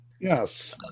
Yes